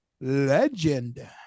Legend